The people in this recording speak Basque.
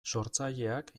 sortzaileak